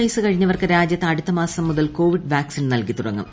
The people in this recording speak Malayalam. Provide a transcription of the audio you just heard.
അൻപത് വയസ് കഴിഞ്ഞിവർക്ക് രാജ്യത്ത് അടുത്തമാസം ന് മുതൽ കോവിഡ് വാക്സിൻ നൽകിത്തുടങ്ങും